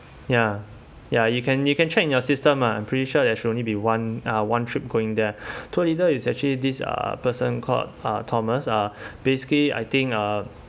ya ya you can you can check in your system uh I'm pretty sure there should only be one uh one trip going there tour leader is actually this uh person called uh thomas uh basically I think uh